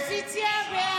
הסתייגות 415 לא נתקבלה.